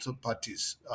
parties